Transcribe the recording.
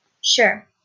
Sure